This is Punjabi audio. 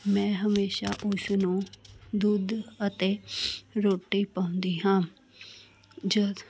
ਮੈਂ ਹਮੇਸ਼ਾ ਉਸ ਨੂੰ ਦੁੱਧ ਅਤੇ ਰੋਟੀ ਪਾਉਂਦੀ ਹਾਂ ਜਦੋਂ